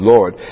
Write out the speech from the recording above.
Lord